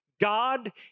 God